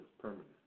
permanent